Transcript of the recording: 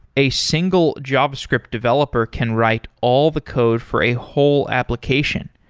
a single javascript developer can write all the code for a whole application,